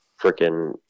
freaking